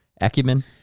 acumen